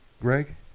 Greg